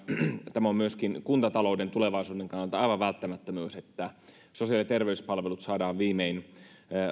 tämä on myöskin kuntatalouden tulevaisuuden kannalta aivan välttämättömyys että sosiaali ja terveyspalvelut saadaan viimein